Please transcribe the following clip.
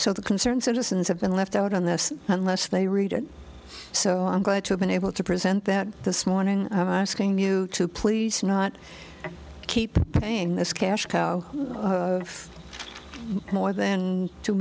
so the concerned citizens have been left out on this unless they read it so i'm glad to have been able to present that this morning asking you to please not keep playing this cash cow of more than two